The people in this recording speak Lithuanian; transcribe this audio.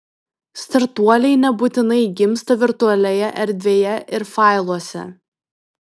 startuoliai nebūtinai gimsta virtualioje erdvėje ir failuose